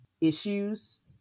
issues